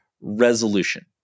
resolution